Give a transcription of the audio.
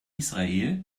israel